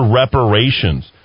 reparations